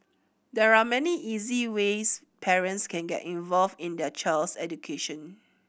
there are many easy ways parents can get involved in their child's education